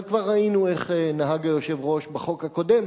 אבל כבר ראינו איך נהג היושב-ראש בחוק הקודם,